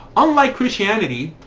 unlike christianity,